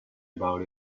about